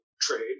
trade